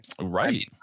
Right